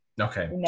Okay